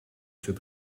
suoi